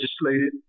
legislated